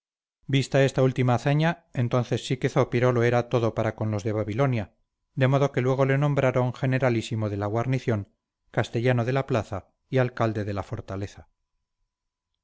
vista esta última hazaña entonces sí que zópiro lo era todo para con los de babilonia de modo que luego le nombraron generalísimo de la guarnición castellano de la plaza y alcalde de la fortaleza